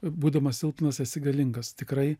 būdamas silpnas esi galingas tikrai